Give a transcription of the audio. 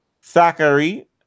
Sakari